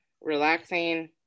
relaxing